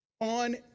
on